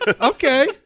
Okay